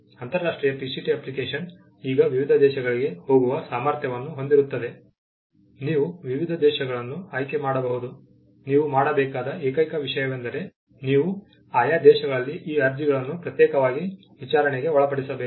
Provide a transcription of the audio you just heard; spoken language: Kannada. ಅಂತರರಾಷ್ಟ್ರೀಯ PCT ಅಪ್ಲಿಕೇಶನ್ ಈಗ ವಿವಿಧ ದೇಶಗಳಿಗೆ ಹೋಗುವ ಸಾಮರ್ಥ್ಯವನ್ನು ಹೊಂದಿರುತ್ತದೆ ನೀವು ವಿವಿಧ ದೇಶಗಳನ್ನು ಆಯ್ಕೆ ಮಾಡಬಹುದು ನೀವು ಮಾಡಬೇಕಾದ ಏಕೈಕ ವಿಷಯವೆಂದರೆ ನೀವು ಆಯಾ ದೇಶಗಳಲ್ಲಿ ಈ ಅರ್ಜಿಗಳನ್ನು ಪ್ರತ್ಯೇಕವಾಗಿ ವಿಚಾರಣೆಗೆ ಒಳಪಡಿಸಬೇಕು